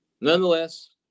Nonetheless